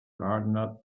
gardener